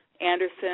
Anderson